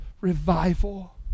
revival